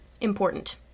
important